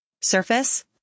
Surface